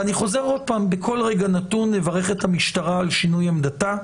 ואני חוזר שוב בכל רגע נתון נברך את המשטרה על שינוי עמדתה,